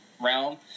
realm